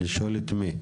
לשאול את מי?